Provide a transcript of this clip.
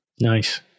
Nice